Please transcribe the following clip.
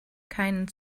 keinen